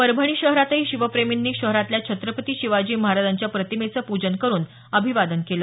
परभणी शहरातही शिवप्रेमींनी शहरातल्या छत्रपती शिवाजी महाराजांच्या प्रतिमेचे पूजन करून अभिवादन केलं